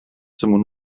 someone